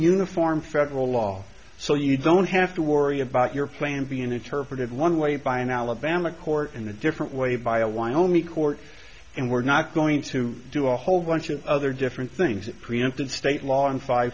uniform federal law so you don't have to worry about your plan be interpreted one way by an alabama court in a different way by a wyoming court and we're not going to do a whole bunch of other different things that preempted state law in five